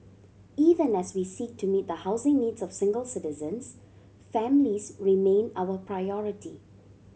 even as we seek to meet the housing needs of single citizens families remain our priority